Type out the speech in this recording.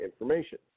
information